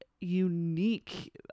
unique